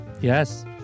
Yes